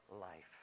life